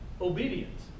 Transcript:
obedience